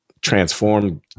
transformed